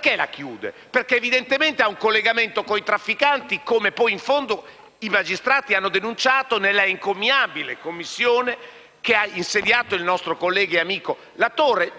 perché lì chiudono? Perché evidentemente hanno un collegamento con i trafficanti, come in fondo i magistrati hanno denunciato nella encomiabile indagine, che ha condotto il nostro collega e amico senatore